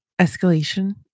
escalation